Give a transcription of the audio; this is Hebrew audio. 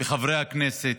בחברי הכנסת,